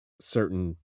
certain